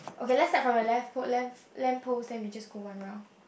okay let's start from the lamp post lamp lamp post then we just go one round